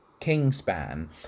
Kingspan